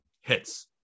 hits